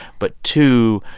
but two,